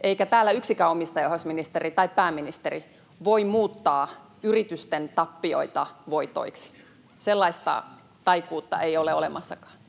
eikä täällä yksikään omistajaohjausministeri tai pääministeri voi muuttaa yritysten tappioita voitoiksi. Sellaista taikuutta ei ole olemassakaan.